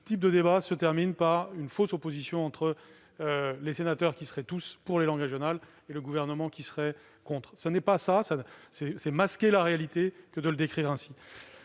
ce type de débat se termine par une fausse opposition entre les sénateurs, qui seraient tous pour les langues régionales, et le Gouvernement, qui serait contre. Ce n'est pas vrai, c'est masquer la réalité que de décrire les